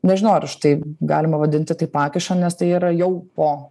nežinau ar tai galima vadinti tai pakiša nes tai yra jau po